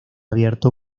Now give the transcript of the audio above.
abierto